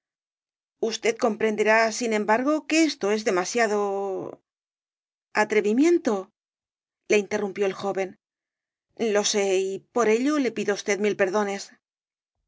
usted comprenderá sin embargo que esto es demasiado atrevimiento le interrumpió el joven lo sé y por ello le pido á usted mil perdones